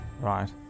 Right